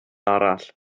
arall